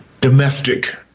domestic